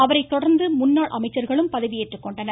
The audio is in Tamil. அவரைத்தொடர்ந்து முன்னாள் அமைச்சர்களும் பதவியேற்றுக்கொண்டனர்